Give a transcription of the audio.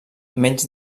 menys